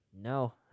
No